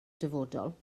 dyfodol